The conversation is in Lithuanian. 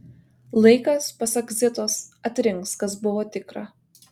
laikas pasak zitos atrinks kas buvo tikra